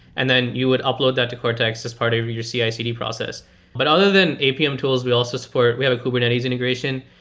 and then you would upload that to cortex as part of your your cicd process but other than apm tools, we also support we have a kubernetes integration,